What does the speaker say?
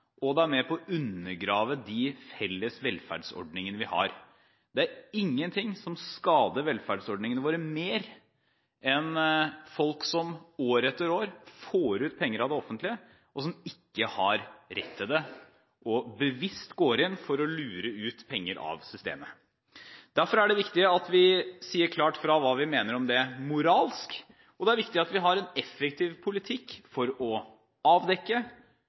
og det er med på å undergrave de felles velferdsordningene vi har. Det er ingenting som skader velferdsordningene våre mer enn folk som år etter år får ut penger av det offentlige, men som ikke har rett til det, og som bevisst går inn for å lure penger ut av systemet. Derfor er det viktig at vi sier klart ifra hva vi mener om det moralsk, og det er viktig at vi har en effektiv politikk for å avdekke,